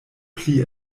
pli